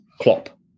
Klopp